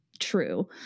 true